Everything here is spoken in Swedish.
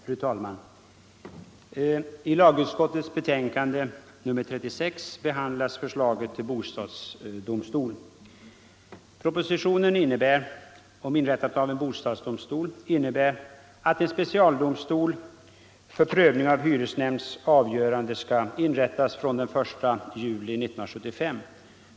Fru talman! I lagutskottets betänkande nr 36 behandlas förslaget till bostadsdomstol. Propositionen om inrättandet av en bostadsdomstol innebär att en specialdomstol för prövning av hyresnämnds avgörande skall inrättas från den 1 juli 1975.